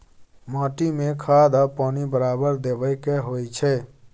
माटी में खाद आ पानी बराबर देबै के होई छै